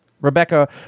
Rebecca